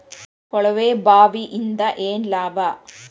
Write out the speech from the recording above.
ಕೊಳವೆ ಬಾವಿಯಿಂದ ಏನ್ ಲಾಭಾ?